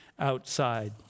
outside